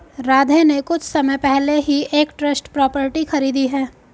राधे ने कुछ समय पहले ही एक ट्रस्ट प्रॉपर्टी खरीदी है